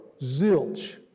Zilch